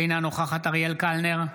אינה נוכחת אריאל קלנר,